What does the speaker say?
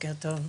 בוקר טוב,